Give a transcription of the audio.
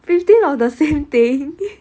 fifteen of the same thing